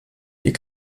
die